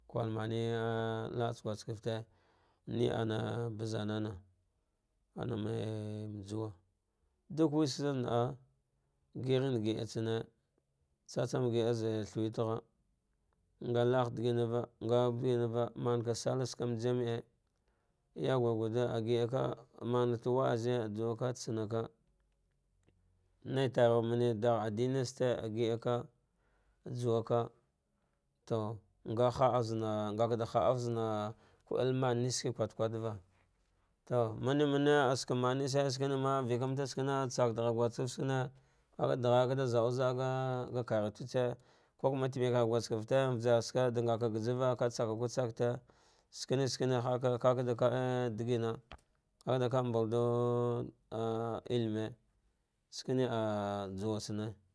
Kwalmare a la atsa guskefte ni mana bazanan aname juwa ɗuk weshna naa giaghi gida a tsane, tsatsan gida, a zaghe thawetgha nga laghe diginava, ngauyanava, maga balah sam me jimce yamga gullle agidava, mamnta wazzi abuwa atsamaka, naitaruwar mene dag avvine ste agiɗaka juwaka to ng ahata zana, ngaka da naɗa zama ku elmanlse ske kwakwatva, to mamare akeneshin sjena ka ɗaghai kaɗa zau zaa ga karatistse kuma temvave juskifte, vasartsaka ɗaiɗa nga gajava katsakaku tsakte skene skene haka kaka ɗa va ɗigina, kaka ɗa mbal ɗuw ah ihimi skene juwa tsane.